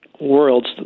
worlds